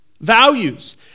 Values